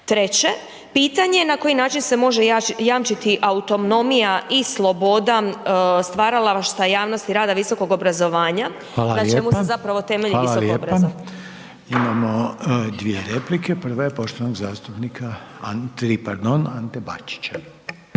Treće, pitanje na koji način se može jamčiti autonomija i sloboda stvaralaštava javnosti rada visokog obrazovanja, na čemu se zapravo temelji visoko obrazovanje? **Reiner, Željko (HDZ)** Hvala lijepa. Imamo dvije replike, prva je poštovanog zastupnika, tri